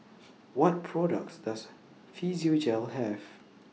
What products Does Physiogel Have